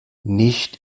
nicht